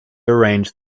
arranged